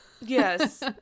Yes